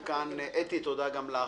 אתי בנדלר, תודה גם לך.